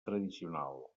tradicional